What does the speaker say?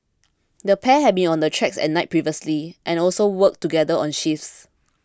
the pair had been on the tracks at night previously and also worked together on shifts